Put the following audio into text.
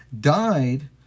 died